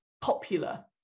popular